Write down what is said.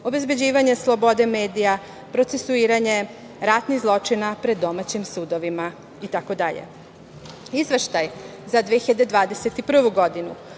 obezbeđivanje slobode medija, procesuiranje ratnih zločina pred domaćim sudovima itd. Izveštaj za 2021. godinu,